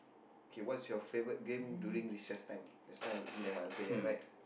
K what's your favourite game during recess time next time you never answer yet right